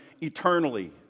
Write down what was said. eternally